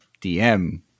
DM